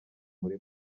muri